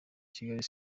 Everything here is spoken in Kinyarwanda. kigali